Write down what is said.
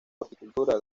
horticultura